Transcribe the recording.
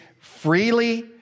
freely